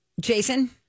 Jason